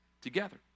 together